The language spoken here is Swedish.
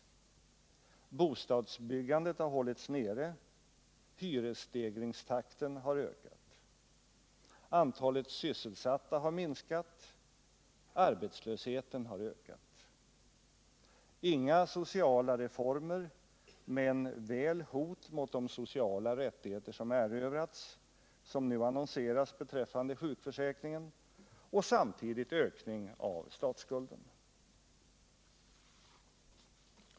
Bostadsbyggandet har hållits nere — hyresstegringstakten har ökat. Antalet sysselsatta har minskat — arbetslösheten har ökat. Inga sociala reformer, men väl hot mot de sociala rättigheter som erövrats, såsom nu annonserats beträffande sjukförsäkringen — och samtidigt en ökning av statsskulden.